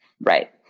Right